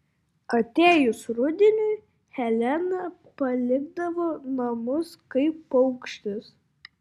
atėjus rudeniui helena palikdavo namus kaip paukštis